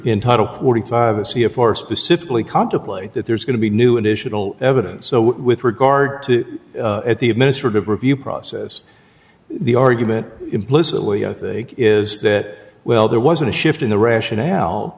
in title forty five dollars a c f r specifically contemplate that there's going to be new additional evidence so with regard to the administrative review process the argument implicitly i think is that well there wasn't a shift in the rationale